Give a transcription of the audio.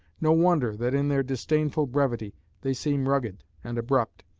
no wonder that in their disdainful brevity they seem rugged and abrupt,